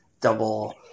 double